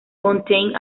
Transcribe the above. fontaine